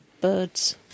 birds